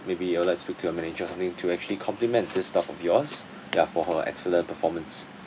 maybe you all like to speak to your manager I mean to actually compliment this staff of yours ya for her excellent performance